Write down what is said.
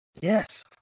Yes